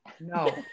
No